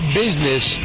business